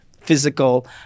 physical